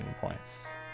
points